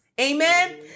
Amen